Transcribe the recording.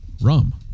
rum